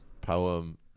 Poem